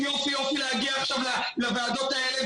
יופי יופי להגיע עכשיו לוועדות האלה,